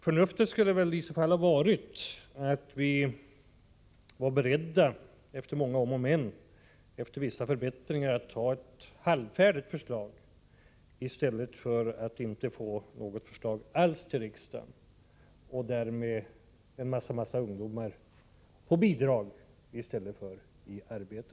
Förnuftet har dock sagt oss att det var bättre att efter många om och men samt efter vissa förbättringar biträda ett halvfärdigt förslag än att inte ha något förslag alls att ta ställning till här i riksdagen. Det skulle ha fått till följd att en stor mängd ungdomar fick bidrag i stället för arbete.